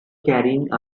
carrying